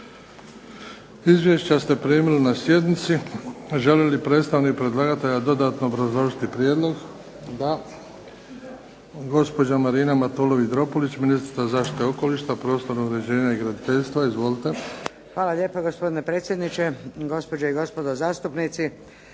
Izvješća ste primili na sjednici. Želi li predstavnik predlagatelja dodatno obrazložiti prijedlog? Da. Gospođa Marina Matulović-Dropulić ministrica zaštite okoliša i prostornog uređenja i graditeljstva. Izvolite. **Matulović-Dropulić, Marina (HDZ)** Hvala lijepa. Gospodine predsjedniče, gospođe i gospodo zastupnici.